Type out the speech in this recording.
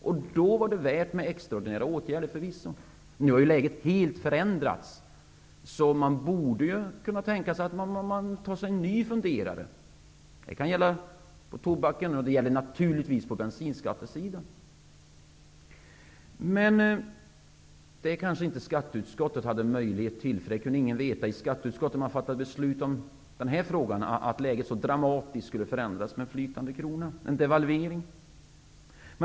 I det läget var det värt med extraordinära åtgärder för vissa. Nu har läget helt förändrats, så en ny funderare borde vara möjlig. Det kan gälla skatt på tobak och naturligtvis skatt på bensin. När det här beslutet fattades i skatteutskottet kunde ingen där veta att läget så dramatiskt skulle förändras -- med en flytande valuta, en devalvering.